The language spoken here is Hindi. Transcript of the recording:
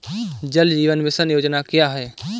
जल जीवन मिशन योजना क्या है?